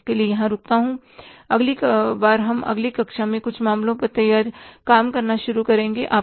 मैं इसके लिए यहां रुकता हूं और अगली बार हम अगली कक्षा में कुछ मामलों पर काम करना शुरू करेंगे